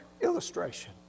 illustration